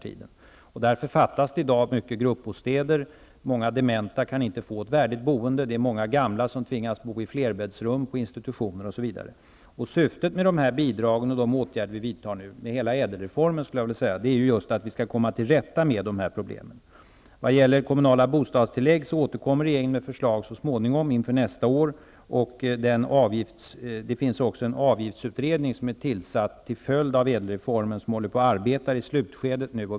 Av den anledningen saknas det i dag många gruppbostäder, många dementa kan inte få ett värdigt boende, många gamla tvingas bo i flerbäddsrum på institutioner, osv. Syftet med dessa bidrag och med de åtgärder vi nu vidtar -- ja, med hela ÄDEL-reformen, skulle jag vilja säga -- är just att komma till rätta med de här problemen. Vad gäller kommunala bostadstillägg återkommer regeringen så småningom med förslag inför nästa år. Det finns också en avgiftsutredning som är tillsatt till följd av ÄDEL-reformen och som nu är i slutskedet av sitt arbete.